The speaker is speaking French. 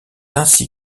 ainsi